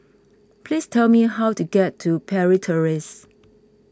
please tell me how to get to Parry Terrace